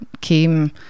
came